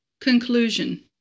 Conclusion